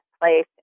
place